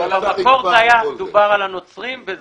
במקור דובר על הנוצרים.